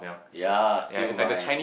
ya siew-mai